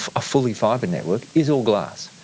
ah a fully fibre network, is all glass.